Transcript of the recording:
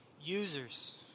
users